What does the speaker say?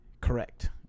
correct